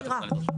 זה לא דירה.